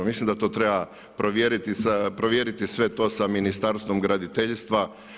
Mislim da to treba provjeriti sve to Ministarstvo graditeljstva.